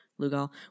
Lugal